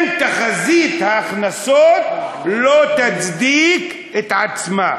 אם תחזית ההכנסות לא תצדיק את עצמה.